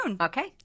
Okay